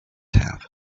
have